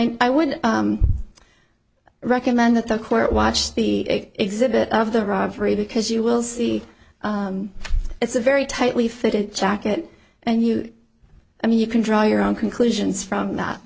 i i would recommend that the court watch the exhibit of the robbery because you will see it's a very tightly fitted jacket and you i mean you can draw your own conclusions from not